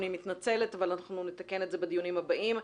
אני מתנצלת אבל אנחנו נתקן את זה בדיונים הבאים.